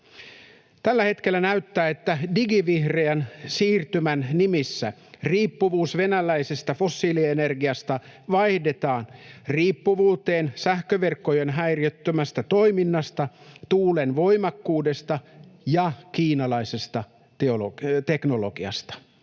Tällä hetkellä näyttää, että digivihreän siirtymän nimissä riippuvuus venäläisestä fossiilienergiasta vaihdetaan riippuvuuteen sähköverkkojen häiriöttömästä toiminnasta, tuulen voimakkuudesta ja kiinalaisesta teknologiasta.